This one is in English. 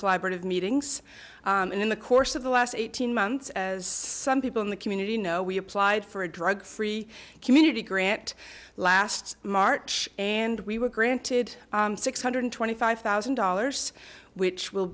collaborative meetings and in the course of the last eighteen months as some people in the community know we applied for a drug free community grant last march and we were granted six hundred and twenty five thousand dollars which will